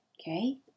okay